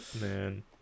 man